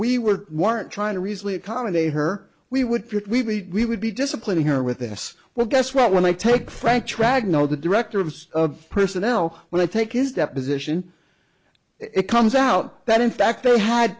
we were weren't trying to reason we accommodate her we would put we would be disciplining her with this well guess what when they take frank trad know the director of of personnel when they take his deposition it comes out that in fact they had